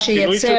אם הוא